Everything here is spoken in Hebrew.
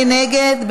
מי נגד?